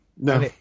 No